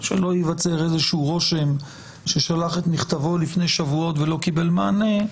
שלא ייווצר איזה רושם ששלח את מכתבו לפני שבועות ולא קיבל מענה,